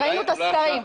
ראינו את הסקרים.